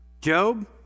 Job